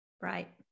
Right